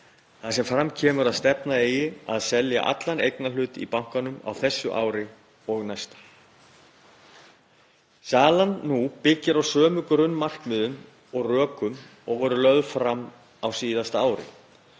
þar sem fram kemur að stefna eigi að því að selja allan eignarhlut í bankanum á þessu ári og næsta. Salan nú byggir á sömu grunnmarkmiðum og rökum og voru lögð fram á síðasta ári